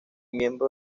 miembro